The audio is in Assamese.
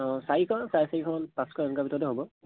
অঁ চাৰিশ চাৰে চাৰিশমান পাঁচশ এনেকুৱা ভিতৰতে হ'ব